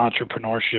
entrepreneurship